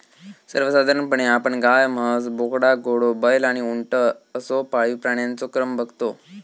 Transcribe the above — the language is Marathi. सर्वसाधारणपणे आपण गाय, म्हस, बोकडा, घोडो, बैल आणि उंट असो पाळीव प्राण्यांचो क्रम बगतो